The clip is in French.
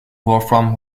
wolfram